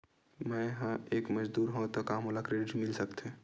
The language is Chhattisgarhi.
मैं ह एक मजदूर हंव त का मोला क्रेडिट मिल सकथे?